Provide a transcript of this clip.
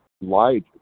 lied